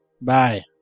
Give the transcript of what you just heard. Bye